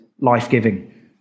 life-giving